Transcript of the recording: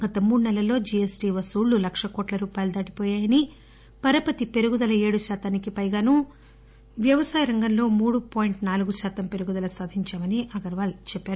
గత మూడు నెలల్లో జీఎస్టీ వసూళ్లు లక్ష కోట్ల రూపాయలు దాటిపోయాయని పరపతి పెరుగుదల ఏడు శాతానికి పైగానూ వ్యవసాయ రంగంలో మూడు పాయింట్లు నాలుగు శాతం పెరుగుదల సాధించామని అగర్వాల్ చెప్పారు